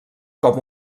com